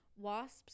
Wasps